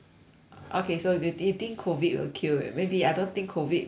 okay so do you you think COVID will kill maybe I don't think COVID will kill